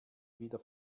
wieder